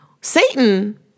Satan